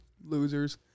losers